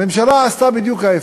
הממשלה עשתה בדיוק ההפך,